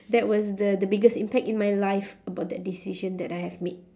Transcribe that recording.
that was the the biggest impact in my life about that decision that I have made